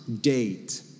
date